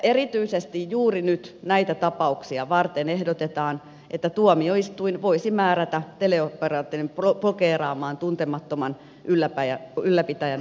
erityisesti juuri näitä tapauksia varten nyt ehdotetaan että tuomioistuin voisi määrätä teleoperaattorin blokeeraamaan tuntemattoman ylläpitäjän verkkosivuston